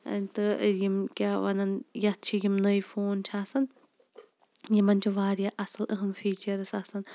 تہٕ یِم کیٛاہ وَنان یتھ چھِ یِم نٔو فون چھِ آسان یِمَن چھِ واریاہ اصٕل اہم فیٖچرس آسان